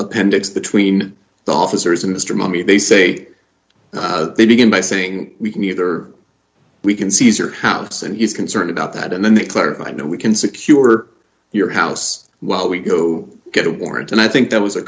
appendix between the officers and mr mommy they say they begin by saying we can either we can seize your house and he's concerned about that and then they clarified and we can secure your house while we go get a warrant and i think that was a